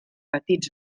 petits